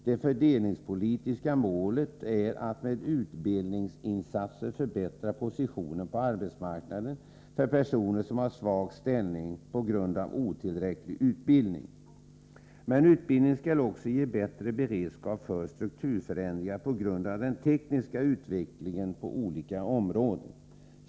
Det fördelningspolitiska målet är att med utbildningsinsatser förbättra positionen på arbetsmarknaden för personer som där har en svag ställning på grund av otillräcklig utbildning. Men utbildningen skall också ge bättre beredskap för strukturförändringar på grund av den tekniska utvecklingen på olika områden.